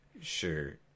Sure